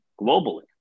globally